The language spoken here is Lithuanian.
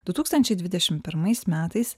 du tūkstančiai dvidešim pirmais metais